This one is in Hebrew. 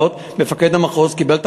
לגביך אישית, כן, לגבי אישית.